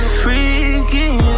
freaking